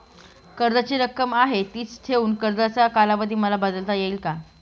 कर्जाची रक्कम आहे तिच ठेवून कर्जाचा कालावधी मला बदलता येईल का?